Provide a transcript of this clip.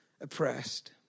oppressed